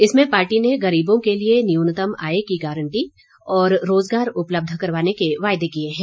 इसमें पार्टी ने गरीबों के लिए न्यूनतम आय की गारंटी और रोजगार उपलब्ध करवाने के वायदे किए हैं